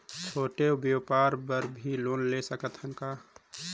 छोटे व्यापार बर भी लोन ले सकत हन का?